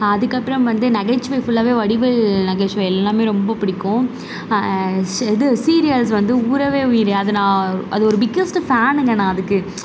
அதுக்கப்புறம் வந்து நகைச்சுவை ஃபுல்லாகவே வடிவேல் நகைச்சுவை எல்லாமே ரொம்ப பிடிக்கும் இது சீரியல்ஸ் வந்து உறவே உயிரே அது நான் அது ஒரு பிக்கஸ்ட்டு ஃபேனுங்க நான் அதுக்கு